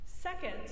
Second